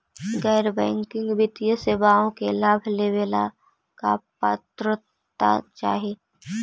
गैर बैंकिंग वित्तीय सेवाओं के लाभ लेवेला का पात्रता चाही?